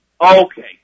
Okay